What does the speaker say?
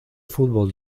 fútbol